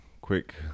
quick